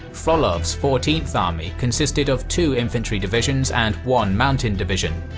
frolov's fourteenth army consisted of two infantry divisions and one mountain division.